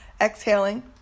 exhaling